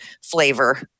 flavor